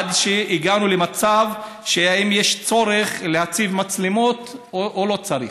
עד שהגענו למצב שהאם יש צורך להציב מצלמות או לא צריך,